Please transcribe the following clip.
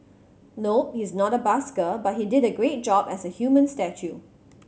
nope he's not a busker but he did a great job as a human statue